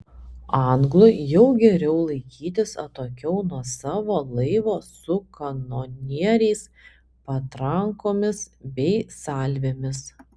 anglui jau geriau laikytis atokiau nuo savo laivo su kanonieriais patrankomis bei salvėmis